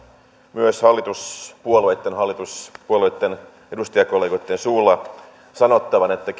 myös hallituspuolueitten hallituspuolueitten edustajakollegoitten suulla sanottavan että